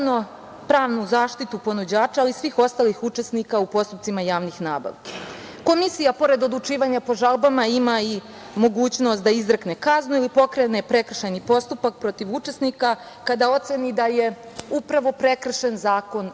pravnu zaštitu ponuđača, ali i svih ostalih učesnika u postupcima javnih nabavki. Komisija pored odlučivanja po žalbama ima i mogućnost da izrekne kaznu i pokrene prekršajni postupak protiv učesnika kada oceni da je upravo prekršen Zakon o javnim